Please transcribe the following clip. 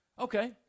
Okay